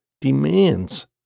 demands